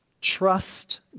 Trust